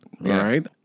right